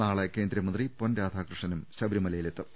നാളെ കേന്ദ്രമന്ത്രി പൊൻരാധാകൃഷ്ണനും ശബരിമലയിലെത്തും